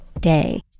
day